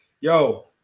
Yo